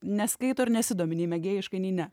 neskaito ir nesidomi nei mėgėjiškai nei ne